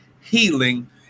healing